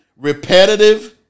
repetitive